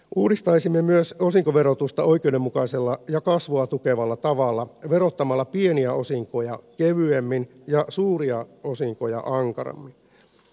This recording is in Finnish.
uudistaisimme myös osinkoverotusta oikeudenmukaisella ja kasvua tukevalla tavalla verottamalla pieniä osinkoja kevyemmin ja suuria osinkoja ankarammin